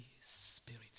Spirit